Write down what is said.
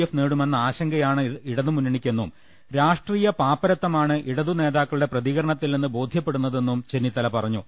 F നേടുമെന്ന ആശങ്കയാണ് ഇടതുമുന്നണി ക്കെന്നും രാഷ്ട്രീയ പാപ്പരത്തമാണ് ഇടതു നേതാക്കളുടെ പ്രതിക രണത്തിൽ നിന്ന് ബോധ്യപ്പെടുന്നതെന്നും ചെന്നിത്തല പറഞ്ഞു